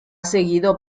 seguido